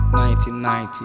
1990